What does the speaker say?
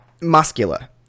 muscular